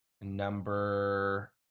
number